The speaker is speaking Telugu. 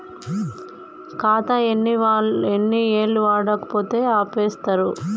ఖాతా ఎన్ని ఏళ్లు వాడకపోతే ఆపేత్తరు?